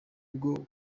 bwo